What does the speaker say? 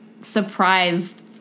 surprised